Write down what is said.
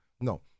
no